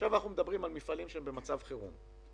עכשיו אנחנו דברים על מפעלים שהם במצב חירום.